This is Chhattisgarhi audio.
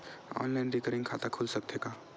ऑनलाइन रिकरिंग खाता खुल सकथे का?